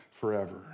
forever